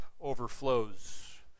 overflows